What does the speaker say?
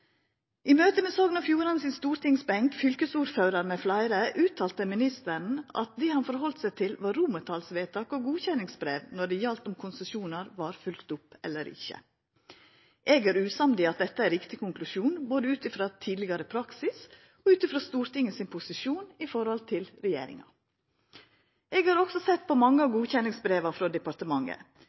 I møte med Sogn og Fjordane sin stortingsbenk, fylkesordførar med fleire uttala ministeren at det han heldt seg til, var romartalsvedtak og godkjenningsbrev når det gjaldt om konsesjonar var følgde opp eller ikkje. Eg er usamd i at dette er riktig konklusjon, både ut ifrå tidlegare praksis og ut ifrå Stortinget sin posisjon i forhold til regjeringa. Eg har også sett på mange av godkjenningsbreva frå departementet.